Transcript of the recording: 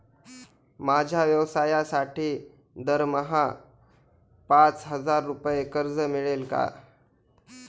माझ्या व्यवसायासाठी दरमहा पाच हजार रुपये कर्ज मिळेल का?